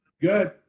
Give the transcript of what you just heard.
Good